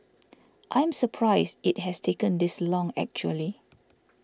I'm surprised it has taken this long actually